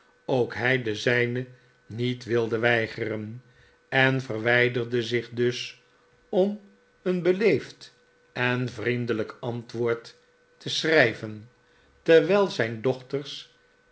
ook hij de zijne niet wilde weigeren en verwijderde zich dus om een so beleefd en vriendelijk antwoord te schrijven terwijl zijn dochters